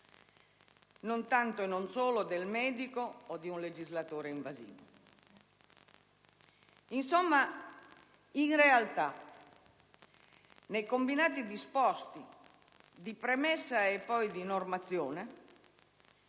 non tanto e non solo, del medico o di un legislatore invasivo. In realtà, nei combinati disposti di premessa e poi di normazione,